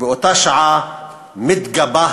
ובאותה שעה מתגבהת